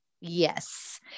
Yes